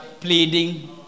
pleading